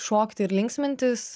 šokti ir linksmintis